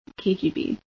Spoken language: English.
KGB